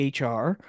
hr